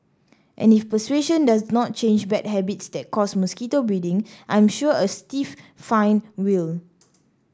and if persuasion does not change bad habits that cause mosquito breeding I am sure a stiff fine will